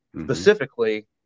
specifically